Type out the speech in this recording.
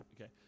Okay